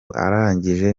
arangije